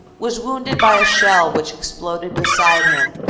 was wounded by a shell which exploded beside him,